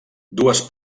dues